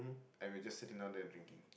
and we were just sitting down there and drinking